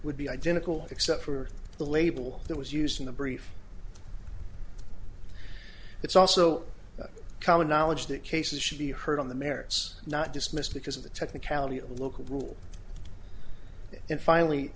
would be identical except for the label that was used in the brief it's also common knowledge that cases should be heard on the merits not dismissed because of a technicality a local rule and finally